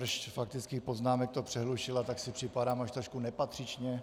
Smršť faktických poznámek to přerušila, tak si připadám až trošku nepatřičně.